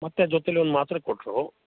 ಮತ್ತೆ ಜೊತೆಲಿ ಒಂದು ಮಾತ್ರೆ ಕೊಟ್ಟರು